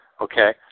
okay